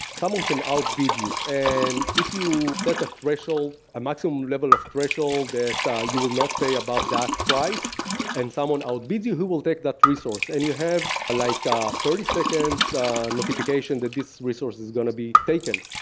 someone can outbid you. and if you set a threshold, a maximum level of threshold that you will not pay above that price and someone outbids you who will take that resource. and you have like ah thirty seconds notification that this resource is going to be taken.